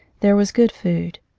there was good food.